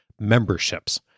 memberships